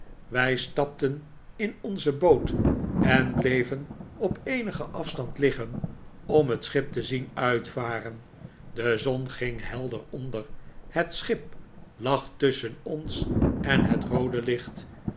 wij stapten in onze boot en bleven op eenigen afstand liggen cm het schip te zien uitvaren de zon ging helder onder het schip lag tusschen ons en het roode licht